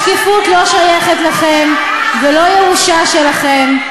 השקיפות לא שייכת לכם, זו לא ירושה שלכם.